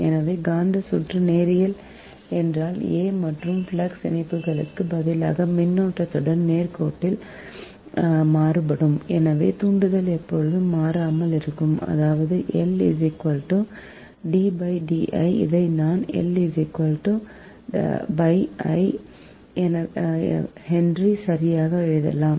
எனவே காந்த சுற்று நேரியல் என்றால் a மற்றும் ஃப்ளக்ஸ் இணைப்புகளுக்குப் பதிலாக மின்னோட்டத்துடன் நேர்கோட்டில் மாறுபடும் எனவே தூண்டல் எப்போதும் மாறாமல் இருக்கும் அதாவது இதை நாம் ஹென்றி சரியாக எழுதலாம்